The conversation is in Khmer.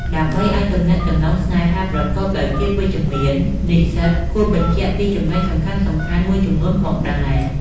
ដើម្បីឱ្យទំនាក់ទំនងស្នេហាប្រកបដោយភាពវិជ្ជមាន និស្សិតគួរបញ្ជាក់ពីចំណុចសំខាន់ៗមួយចំនួនផងដែរ។